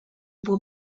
było